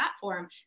platform